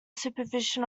supervision